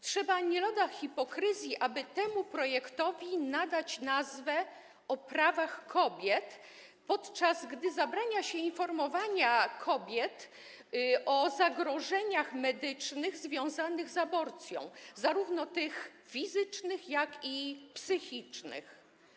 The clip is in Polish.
Trzeba nie lada hipokryzji, aby temu projektowi nadać nazwę: o prawach kobiet, podczas gdy zabrania się informowania kobiet o zagrożeniach medycznych związanych z aborcją, zarówno tych fizycznych, jak i psychicznych.